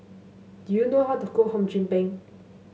do you know how to cook Hum Chim Peng